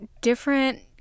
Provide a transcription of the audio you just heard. different